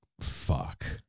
fuck